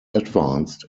advanced